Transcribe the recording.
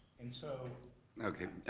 and so okay,